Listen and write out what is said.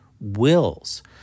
wills